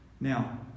Now